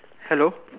hello